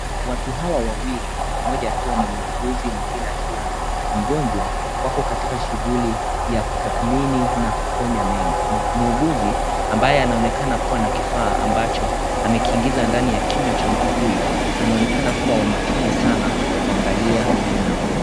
Watu hawa wawili mmoja akiwa ni muuguzi, mwingine akiwa ni magonjwa wako katika shuguli ya kutathmini na kuponya meno. Muuguzi ambaye anonekana kuwa na kifaa ambacho amekiingiza ndani ya kinywa cha mtu huyu anaonekana kuwa wa makini sana akiangalia meno ya mgonjwa.